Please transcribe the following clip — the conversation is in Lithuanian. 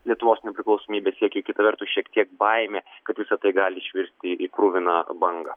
lietuvos nepriklausomybės siekiui kita vertus šiek tiek baimė kad visa tai gali išvirsti į kruviną bangą